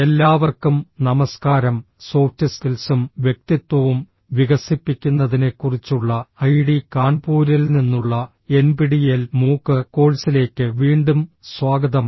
എല്ലാവർക്കും നമസ്കാരം സോഫ്റ്റ് സ്കിൽസും വ്യക്തിത്വവും വികസിപ്പിക്കുന്നതിനെക്കുറിച്ചുള്ള ഐഐടി കാൺപൂരിൽ നിന്നുള്ള എൻപിടിഇഎൽ മൂക്ക് കോഴ്സിലേക്ക് വീണ്ടും സ്വാഗതം